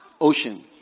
ocean